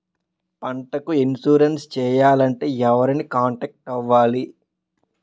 పంటకు ఇన్సురెన్స్ చేయాలంటే ఎవరిని కాంటాక్ట్ అవ్వాలి?